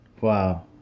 Wow